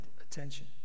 attention